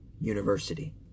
university